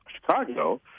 Chicago